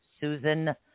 Susan